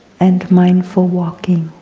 and mindful walking.